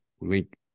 link